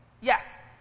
Yes